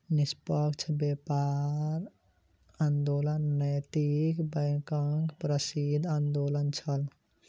निष्पक्ष व्यापार आंदोलन नैतिक बैंकक प्रसिद्ध आंदोलन छल